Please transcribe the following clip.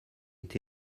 est